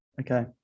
okay